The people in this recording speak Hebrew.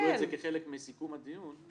תקבלו את זה כחלק מסיכום הדיון.